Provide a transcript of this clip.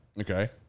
Okay